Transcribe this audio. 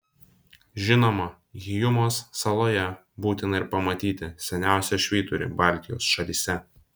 žinoma hyjumos saloje būtina ir pamatyti seniausią švyturį baltijos šalyse